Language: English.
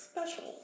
special